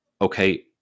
Okay